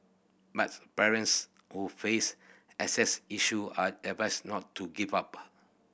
but parents who face access issue are advised not to give up